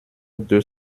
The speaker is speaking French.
deux